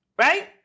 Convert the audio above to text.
right